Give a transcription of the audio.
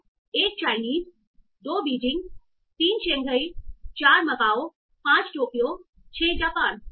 1 Chinese Beijing 2 Shanghai 3 Macao 4 Tokyo 5 Japan 6